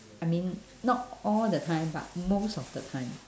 I mean not all the time but most of the time